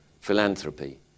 philanthropy